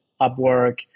Upwork